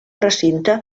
recinte